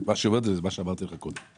מה שהיא אומרת זה מה שאמרתי לך קודם,